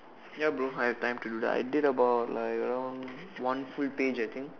ya bro I have time to do that I did about like around one full page I think